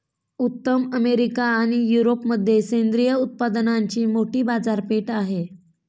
उत्तर अमेरिका आणि युरोपमध्ये सेंद्रिय उत्पादनांची मोठी बाजारपेठ आहे